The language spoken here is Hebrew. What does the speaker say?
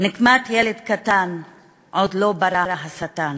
"נקמת ילד קטן עוד לא ברא השטן".